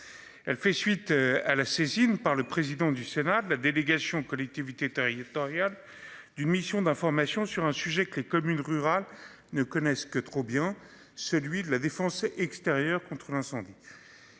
Elle fait suite à la saisine par le président du Sénat de la délégation aux collectivités territoriales. D'une mission d'information sur un sujet que les communes rurales ne connaissent que trop bien celui de la Défense extérieure contre l'incendie.